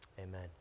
amen